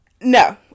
no